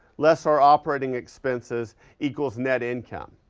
less or operating expenses equals net income,